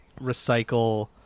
recycle